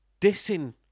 dissing